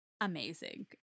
amazing